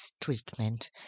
treatment